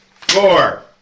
four